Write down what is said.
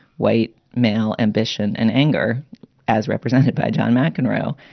white male ambition and anger as represented by john mcenroe.